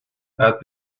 add